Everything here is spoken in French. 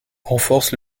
renforce